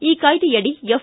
ಈ ಕಾಯ್ದೆಯಡಿ ಎಫ್